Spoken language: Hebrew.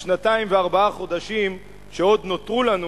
בשנתיים וארבעה חודשים שעוד נותרו לנו,